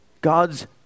God's